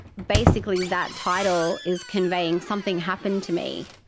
basically that title is conveying something happened to me,